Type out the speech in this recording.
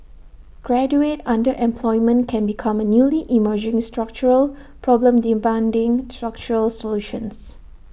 graduate underemployment can become A newly emerging structural problem demanding structural solutions